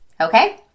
Okay